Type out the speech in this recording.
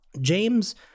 James